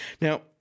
Now